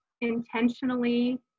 intentionally